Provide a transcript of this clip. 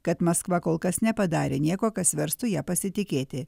kad maskva kol kas nepadarė nieko kas verstų ja pasitikėti